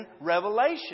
Revelation